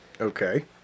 okay